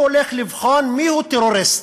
הוא הולך לבחון מיהו טרוריסט.